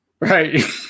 Right